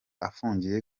afungiye